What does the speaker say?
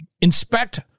Inspect